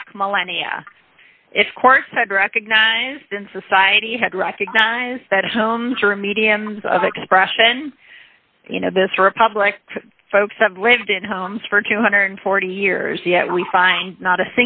back millennia if the court said recognized in society had recognized that homes are mediums of expression you know this republic folks have lived in homes for two hundred and forty years yet we find not a